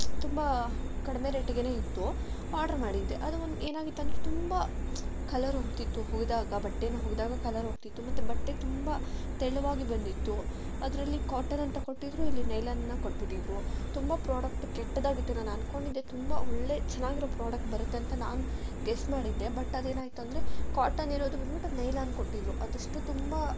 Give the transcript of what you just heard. ತುಂಬ ಕಡಿಮೆ ರೇಟಿಗೆಯೇ ಇತ್ತು ಆರ್ಡ್ರ್ ಮಾಡಿದ್ದೆ ಅದೂ ಏನಾಗಿತ್ತಂದ್ರೆ ತುಂಬ ಕಲರ್ ಹೋಗ್ತಿತ್ತು ಒಗ್ದಾಗ ಬಟ್ಟೆನ ಒಗ್ದಾಗ ಕಲರ್ ಹೋಗ್ತಿತ್ತು ಮತ್ತು ಬಟ್ಟೆ ತುಂಬ ತೆಳುವಾಗಿ ಬಂದಿತ್ತು ಅದರಲ್ಲಿ ಕಾಟನ್ ಅಂತ ಕೊಟ್ಟಿದ್ರು ಇಲ್ಲಿ ನೈಲಾಲ್ನ ಕೊಟ್ಬಿಟ್ಟಿದ್ರು ತುಂಬ ಪ್ರೋಡಕ್ಟ್ ಕೆಟ್ದಾಗಿತ್ತು ನಾನು ಅಂದ್ಕೊಂಡಿದ್ದೆ ತುಂಬ ಒಳ್ಳೆ ಚೆನ್ನಾಗಿರೋ ಪ್ರೋಡಕ್ಟ್ ಬರುತ್ತೆ ಅಂತ ನಾನು ಗೆಸ್ ಮಾಡಿದ್ದೆ ಬಟ್ ಅದೇನಾಯ್ತುಂದ್ರೆ ಕ್ವಾಟನ್ ಇರೋದು ಬಂದ್ಬಿಟ್ಟು ನೈಲಾನ್ ಕೊಟ್ಟಿದ್ರು ಅದಷ್ಟು ತುಂಬ